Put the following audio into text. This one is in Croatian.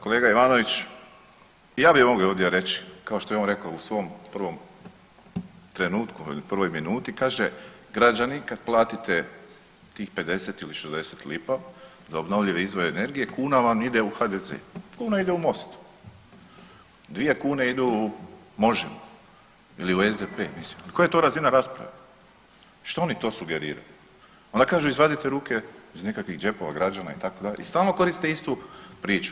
Kolega Ivanović, i ja bi mogao ovdje reći kao što je on rekao u svom prvom trenutku ili prvoj minuti, kaže građani kad platite tih 50 ili 60 lipa za obnovljive izvore energije kuna vam ide u HDZ, kuna ide u Most, dvije kune idu u Možemo! ili u SDP mislim koja je to razina rasprave, što oni to sugeriraju i onda kažu izvadite ruke iz nekakvih džepova građana itd. i stalno koriste istu priču.